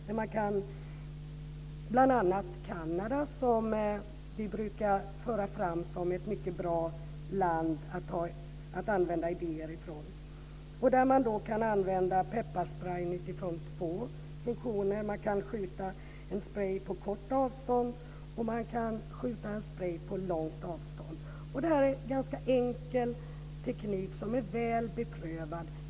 Det gäller bl.a. Kanada som vi brukar föra fram som ett mycket bra land att hämta idéer från. Man kan då använda pepparsprejen utifrån två funktioner. Man kan spruta en sprej på kort avstånd, och man kan spruta en sprej på långt avstånd. Det här är ganska enkel teknik som är väl beprövad.